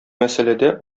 мәсьәләдә